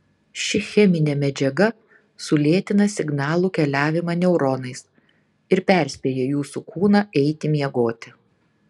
ši cheminė medžiaga sulėtina signalų keliavimą neuronais ir perspėja jūsų kūną eiti miegoti